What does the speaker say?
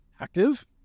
active